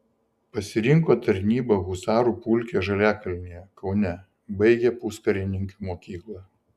pasirinko tarnybą husarų pulke žaliakalnyje kaune baigė puskarininkių mokyklą